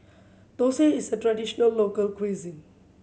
thosai is a traditional local cuisine